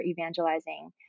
evangelizing